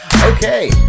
Okay